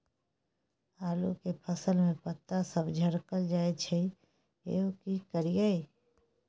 आलू के फसल में पता सब झरकल जाय छै यो की करियैई?